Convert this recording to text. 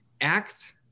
act